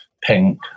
pink